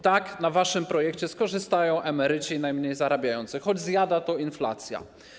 Tak, na waszym projekcie skorzystają emeryci najmniej zarabiający, choć zjada to inflacja.